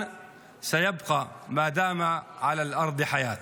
(אומר בערבית:).